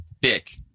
Dick